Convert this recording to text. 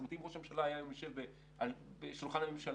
אם ראש הממשלה היה היום יושב בשולחן הממשלה